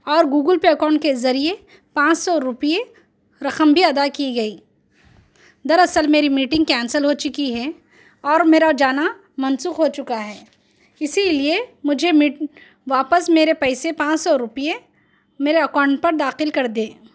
اور Google Pay account کے ذریعے پانچ سو روپیے رقم بھی ادا کی گئی در اصل میری میٹنگ کینسل ہو چکی ہے اور میرا جانا منسوخ ہو چکا ہے اسی لئے مجھے میٹ واپس میرے پیسے پانچ سو روپئے میرے اکاؤنٹ پر داخل کر دیں